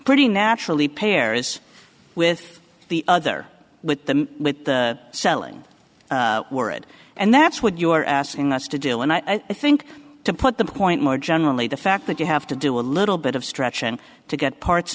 pretty naturally paris with the other with the with the selling word and that's what you're asking us to do and i think to put the point more generally the fact that you have to do a little bit of stretch and to get parts